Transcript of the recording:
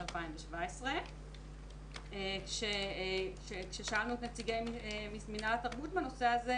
2017. כששאלנו את נציגי מינהל התרבות בנושא הזה,